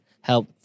help